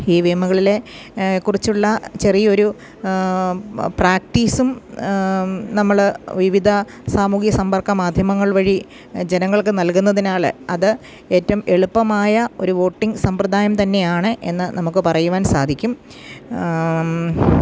ഈ വി എമ്മുകളിലെ കുറിച്ചുള്ള ചെറിയൊരു പ്രാക്ടീസും നമ്മൾ വിവിധ സാമൂഹ്യ സമ്പർക്ക മാധ്യമങ്ങൾ വഴി ജനങ്ങൾക്ക് നൽകുന്നതിനാൽ അത് ഏറ്റവും എളുപ്പമായ ഒരു വോട്ടിംഗ് സമ്പ്രദായം തന്നെയാണ് എന്ന് നമുക്ക് പറയുവാൻ സാധിക്കും